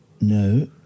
No